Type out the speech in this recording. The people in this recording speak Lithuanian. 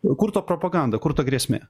o kur ta propaganda kur ta grėsmė